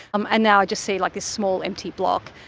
um and now i just see like this small empty block.